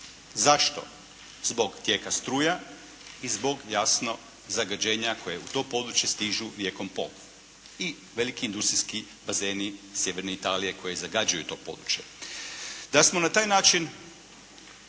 Zašto? Zbog tijeka struja, i zbog jasno zagađenja koje u to područje stižu rijekom Po i veliki industrijski bazeni sjeverne Italije koji zagađuje to područje. Da smo na taj način